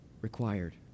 required